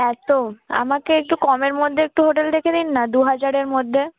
এত আমাকে একটু কমের মধ্যে একটু হোটেল দেখে দিন না দু হাজারের মধ্যে